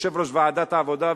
יושב-ראש ועדת העבודה,